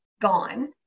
gone